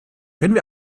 können